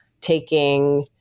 taking